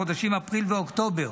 בחודשים אפריל ואוקטובר,